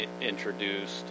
introduced